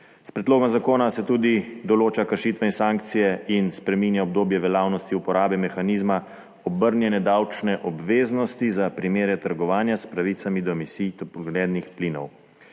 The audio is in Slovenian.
S predlogom zakona se določa tudi kršitve in sankcije ter spreminja obdobje veljavnosti uporabe mehanizma obrnjene davčne obveznosti za primere trgovanja s pravicami do emisij toplogrednih plinov.